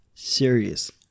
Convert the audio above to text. Serious